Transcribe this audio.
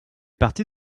partie